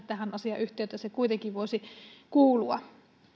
tähän asiayhteyteen se kuitenkin voisi kuulua